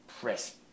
press